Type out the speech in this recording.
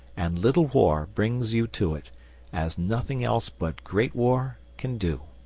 and little war brings you to it as nothing else but great war can do.